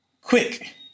quick